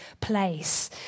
place